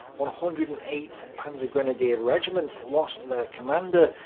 one hundred and eighth panzergrenadier regiment lost their commander,